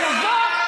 אבל לבוא,